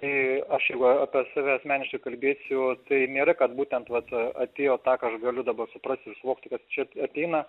i aš jeigu apie save asmeniškai kalbėsiu tai nėra kad būtent vat atėjo tą ką aš galiu dabar suprasti ir suvokti kad čia ateina